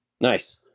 Nice